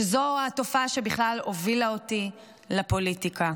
-- שזו התופעה שבכלל הובילה אותי לפוליטיקה.